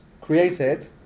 created